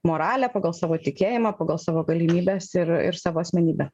moralę pagal savo tikėjimą pagal savo galimybes ir ir savo asmenybę